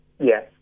Yes